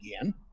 again